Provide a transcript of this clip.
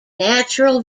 natural